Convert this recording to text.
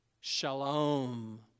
shalom